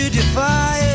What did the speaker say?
defy